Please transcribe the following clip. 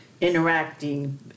interacting